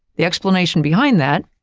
the explanation behind that,